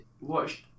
watched